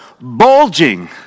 bulging